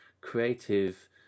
creative